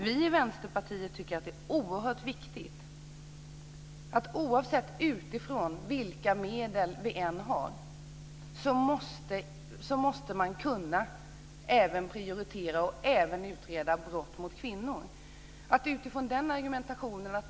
Vi i Vänsterpartiet tycker att det är oerhört viktigt att även prioritera och utreda brott mot kvinnor, oavsett vilka medel vi har.